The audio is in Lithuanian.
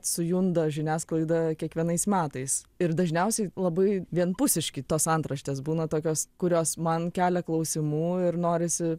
sujunda žiniasklaida kiekvienais metais ir dažniausiai labai vienpusiški tos antraštės būna tokios kurios man kelia klausimų ir norisi